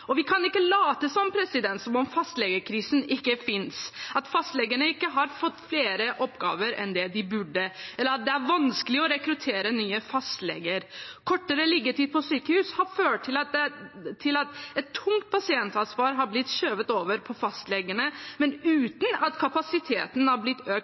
Vi kan ikke late som at fastlegekrisen ikke fins, at fastlegene ikke har fått flere oppgaver enn det de burde, eller at det ikke er vanskelig å rekruttere nye fastleger. Kortere liggetid på sykehus har ført til at et tungt pasientansvar har blitt skjøvet over på fastlegene, men uten at kapasiteten har blitt økt